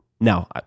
Now